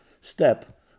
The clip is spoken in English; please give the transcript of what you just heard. step